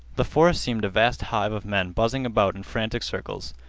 the forest seemed a vast hive of men buzzing about in frantic circles,